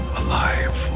alive